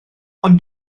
ond